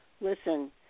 Listen